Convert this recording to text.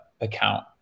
account